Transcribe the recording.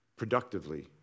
Productively